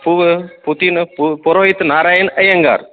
ಪುಗ ಪೂತಿನ ಪೊರೋಹಿತ ನಾರಾಯಣ ಅಯ್ಯಂಗಾರ್